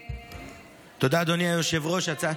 תודה, אדוני היושב-ראש.